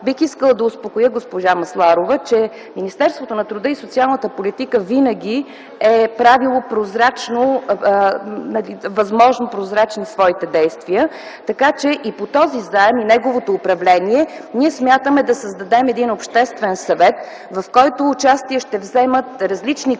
бих искала да я успокоя, че Министерството на труда и социалната политика винаги е правило възможно прозрачни своите действия. Така че и по този заем и неговото управление смятаме да създадем един обществен съвет, в който участие ще вземат различни ключови